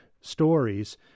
stories